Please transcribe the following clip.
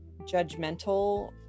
judgmental